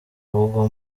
uwo